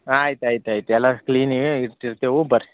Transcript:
ಆಯ್ತು ಆಯ್ತು ಆಯ್ತು ಎಲ್ಲ ಕ್ಲೀನೆ ಇಟ್ಟಿರ್ತೇವು ಬರ್ರಿ